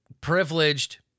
privileged